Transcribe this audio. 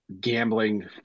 gambling